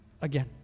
again